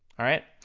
alright,